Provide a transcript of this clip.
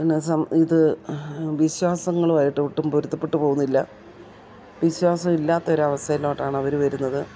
പിന്നെ സം ഇത് വിശ്വാസങ്ങളുമായിട്ട് ഒട്ടും പൊരുത്തപ്പെട്ടു പോകുന്നില്ല വിശ്വാസം ഇല്ലാത്തൊരവസ്ഥയിലോട്ടാണവർ വരുന്നത്